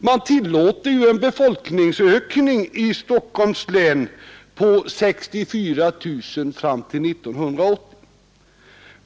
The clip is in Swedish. Man tillåter en befolkningsökning i Stockholms län på 64 000 fram till 1980.